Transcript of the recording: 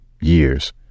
years